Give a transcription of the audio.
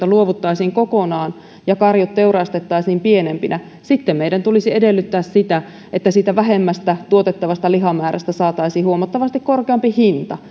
luovuttaisiin kokonaan ja karjut teurastettaisiin pienempinä niin sitten meidän tulisi edellyttää sitä että siitä vähemmästä tuotettavasta lihamäärästä saataisiin huomattavasti korkeampi hinta